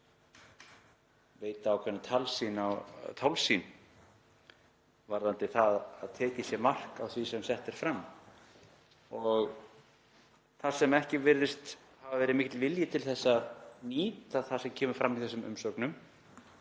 veitir ákveðna tálsýn varðandi það að tekið sé mark á því sem sett er fram. Og þar sem ekki virðist hafa verið mikill vilji til að nýta það sem kemur fram í þessum umsögnum